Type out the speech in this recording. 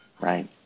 right